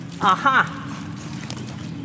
Aha